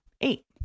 eight